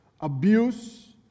abuse